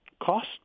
cost